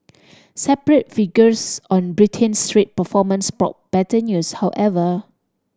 separate figures on Britain's trade performance brought better news however